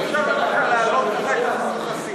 אסיר משוחרר על-תנאי (תיקוני חקיקה),